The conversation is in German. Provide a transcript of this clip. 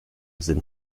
sind